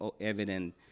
evident